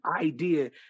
idea